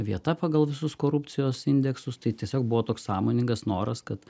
vieta pagal visus korupcijos indeksus tai tiesiog buvo toks sąmoningas noras kad